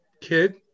kid